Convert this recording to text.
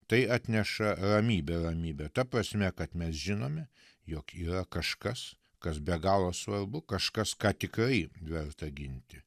tai atneša ramybę ramybę ta prasme kad mes žinome jog yra kažkas kas be galo svarbu kažkas ką tikrai verta ginti